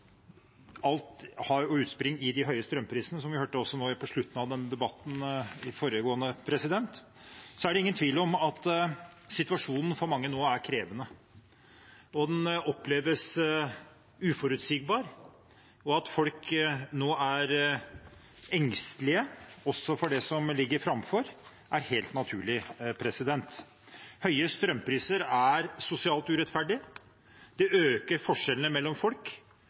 Alt har utspring i de høye strømprisene, som vi også hørte på slutten av den foregående debatten. Det er ingen tvil om at situasjonen for mange nå er krevende. Den oppleves uforutsigbar, og at folk nå er engstelige for det som ligger foran dem, er helt naturlig. Høye strømpriser er sosialt urettferdig. Det øker forskjellene mellom folk